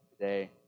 today